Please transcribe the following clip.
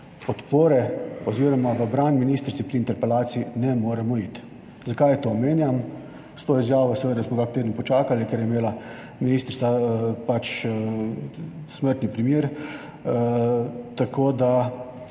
podpore oziroma v bran ministrici pri interpelaciji ne moremo iti. Zakaj to omenjam? S to izjavo seveda smo kak teden počakali, ker je imela ministrica pač smrtni primer. Tako da,